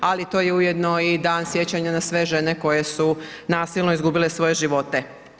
Ali to je ujedno i dan sjećanja na sve žene koje su nasilno izgubile svoje živote.